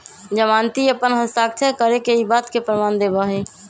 जमानती अपन हस्ताक्षर करके ई बात के प्रमाण देवा हई